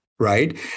Right